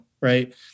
right